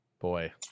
Boy